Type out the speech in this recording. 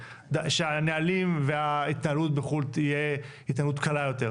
שהנהלים וההתנהלות בחו"ל תהיה התנהלות קלה יותר?